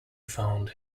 found